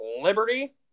Liberty